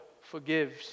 forgives